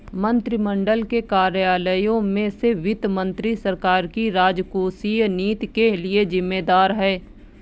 मंत्रिमंडल के कार्यालयों में से वित्त मंत्री सरकार की राजकोषीय नीति के लिए जिम्मेदार है